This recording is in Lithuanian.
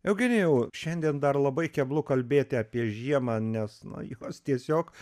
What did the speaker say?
eugenijau šiandien dar labai keblu kalbėti apie žiemą nes na jos tiesiog